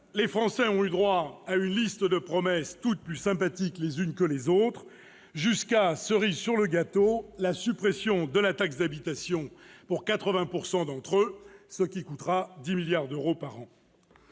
les Français ont eu droit à une liste de promesses toutes plus sympathiques les unes que les autres, jusqu'à, cerise sur le gâteau, la suppression de la taxe d'habitation pour 80 % d'entre eux, ce qui coûtera 10 milliards d'euros par an.